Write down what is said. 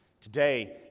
Today